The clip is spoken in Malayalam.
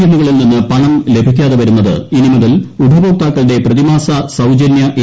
എമ്മു കളിൽ നിന്ന് പണം ലഭിക്കാതെ വരുന്നത് ഇനി മുതൽ ഉപഭോക്താക്കളുടെ പ്രതിമാസ സൌജന്യ എ